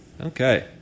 Okay